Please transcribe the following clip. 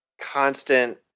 constant